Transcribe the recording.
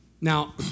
Now